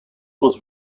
was